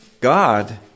God